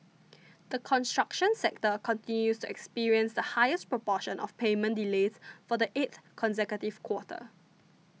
the construction sector continues to experience the highest proportion of payment delays for the eighth consecutive quarter